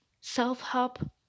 self-help